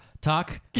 talk